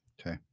Okay